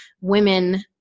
women